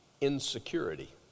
insecurity